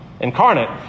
incarnate